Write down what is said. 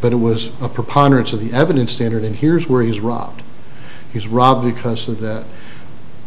but it was a preponderance of the evidence standard and here's where he's robbed he's robbed because of that